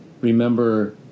remember